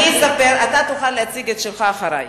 אתה תוכל להציג את שלך אחרי.